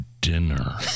dinner